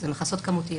אלה מכסות כמותיות.